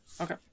Okay